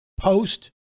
Post